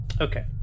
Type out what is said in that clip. Okay